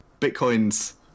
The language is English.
Bitcoin's